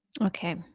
Okay